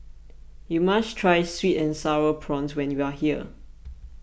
you must try Sweet and Sour Prawns when you are here